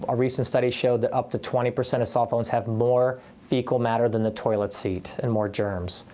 ah recent study shows that up to twenty percent of cell phones have more fecal matter than the toilet seat and more germs,